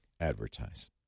advertise